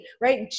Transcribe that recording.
right